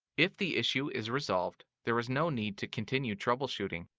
if the issue is resolved, there is no need to continue troubleshooting.